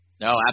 no